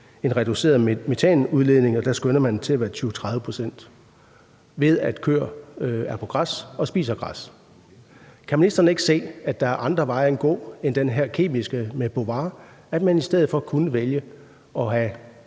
en reduceret metanudledning – der skønner man det til at være 20-30 pct. – ved at køer er på græs og spiser græs. Kan ministeren ikke se, at der er andre veje at gå end den her kemiske med Bovaer, at man i stedet for kunne vælge at have